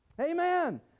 Amen